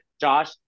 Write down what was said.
Josh